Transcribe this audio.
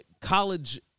college